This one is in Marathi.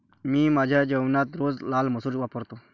मी माझ्या जेवणात रोज लाल मसूर वापरतो